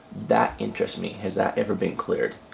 that interests me. has that ever been cleared?